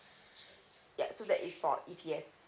yeah so that is for E_P_S